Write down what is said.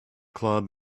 club